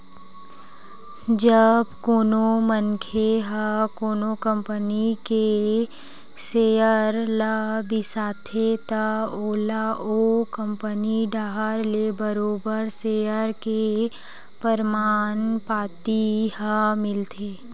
जब कोनो मनखे ह कोनो कंपनी के सेयर ल बिसाथे त ओला ओ कंपनी डाहर ले बरोबर सेयर के परमान पाती ह मिलथे